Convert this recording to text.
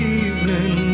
evening